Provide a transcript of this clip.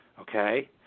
okay